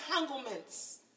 entanglements